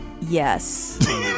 Yes